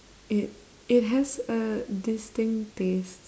it it has a distinct taste